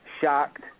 shocked